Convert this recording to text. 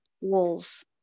walls